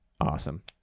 Awesome